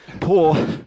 poor